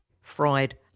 fried